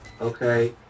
okay